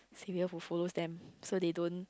saviour who follow them so they don't